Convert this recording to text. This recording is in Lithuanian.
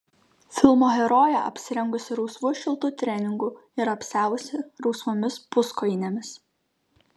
filmo herojė apsirengusi rausvu šiltu treningu ir apsiavusi rausvomis puskojinėmis